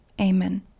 amen